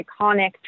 iconic